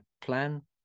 plan